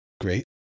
Great